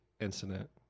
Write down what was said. incident